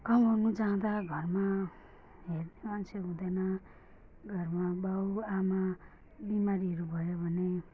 कमाउनु जाँदा घरमा हेड मान्छे हुँदैन घरमा बाबुआमा बिमारीहरू भयो भने